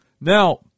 Now